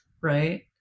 right